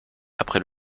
après